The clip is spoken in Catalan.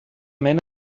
mena